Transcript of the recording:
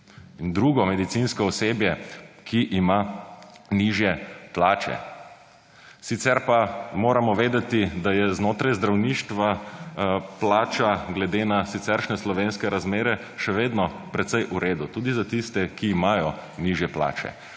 in drugo medicinsko osebje, ki ima nižje plače. Sicer pa moramo vedeti, da je znotraj zdravništva plača glede na siceršnje slovenske razmere še vedno precej v redu tudi za tiste, ki imajo nižje plače.